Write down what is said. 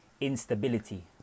instability